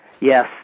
Yes